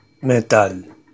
Metal